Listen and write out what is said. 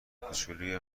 کوچولوی